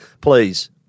please